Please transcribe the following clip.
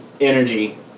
energy